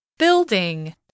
Building